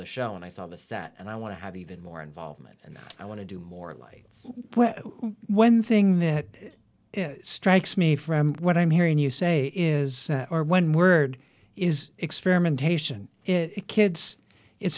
the show and i saw the set and i want to have even more involvement and i want to do more lights one thing that strikes me from what i'm hearing you say is when word is experimentation it kids it